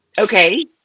Okay